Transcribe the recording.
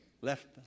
left